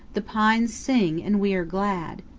the pines sing and we are glad.